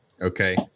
okay